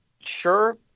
Sure